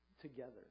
together